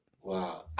wow